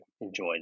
enjoy